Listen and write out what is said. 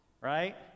right